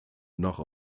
noch